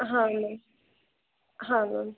ಹಾಂ ಮ್ಯಾಮ್ ಹಾಂ ಮ್ಯಾಮ್